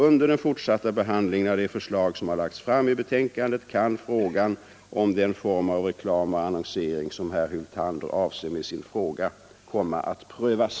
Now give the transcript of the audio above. Under den fortsatta behandlingen av de förslag som har lagts fram i betänkandet kan frågan om den form av reklam och annonsering som herr Hyltander här avser komma att prövas.